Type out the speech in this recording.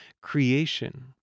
creation